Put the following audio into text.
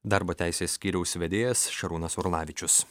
darbo teisės skyriaus vedėjas šarūnas orlavičius